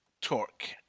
torque